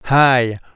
Hi